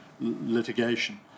litigation